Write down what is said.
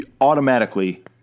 automatically